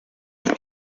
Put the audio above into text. when